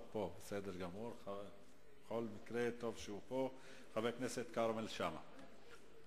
חבר הכנסת כרמל שאמה.